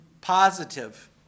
positive